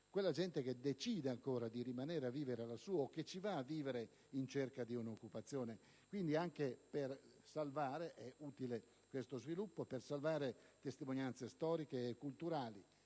quella gente che decide ancora di rimanere a vivere lassù o che ci va a vivere in cerca di un'occupazione. Questo sviluppo è anche utile per salvare testimonianze storiche e culturali,